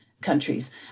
countries